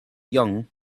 young